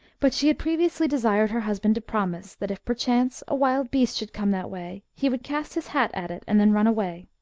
but she had previously desired her husband to promise, that if perchance a wild beast should come that way, he would cast his hat at it and then run away,